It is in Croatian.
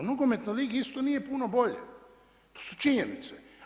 U nogometnoj ligi isto nije puno bolje, to su činjenice.